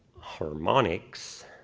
harmonics.